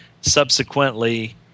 subsequently